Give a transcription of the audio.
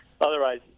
otherwise